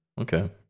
Okay